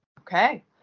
Okay